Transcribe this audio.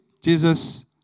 Jesus